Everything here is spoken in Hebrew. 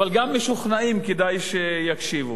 אבל גם משוכנעים כדאי שיקשיבו.